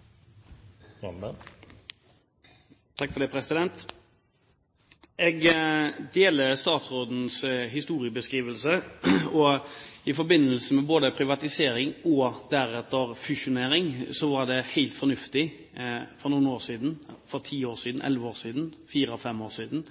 for noen år siden – for ti, elleve år siden, og fire og fem år siden –